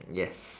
yes